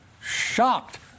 shocked